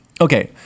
Okay